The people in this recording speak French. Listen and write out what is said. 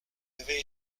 avait